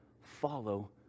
follow